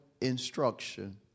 instruction